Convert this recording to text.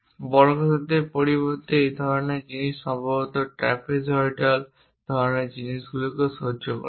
বর্গক্ষেত্রের পরিবর্তে এই ধরণের জিনিস সম্ভবত এই ট্র্যাপিজয়েডাল ধরণের জিনিসটিকেও সহ্য করা হয়